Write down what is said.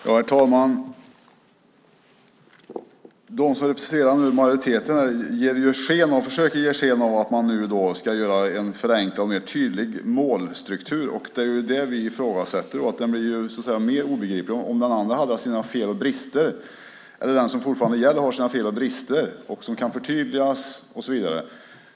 Herr talman! De som representerar majoriteten försöker ge sken av att man nu ska göra en förenklad och mer tydlig målstruktur. Det är det vi ifrågasätter. Den blir ju mer obegriplig. Den som fortfarande gäller har sina fel och brister. Den kan förtydligas och så vidare.